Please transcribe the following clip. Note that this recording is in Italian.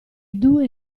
due